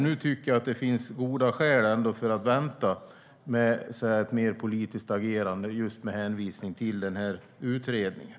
Nu tycker jag att det finns goda skäl att vänta med ett politiskt agerande just med hänvisning till den här utredningen.